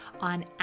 on